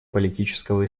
политического